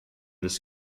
this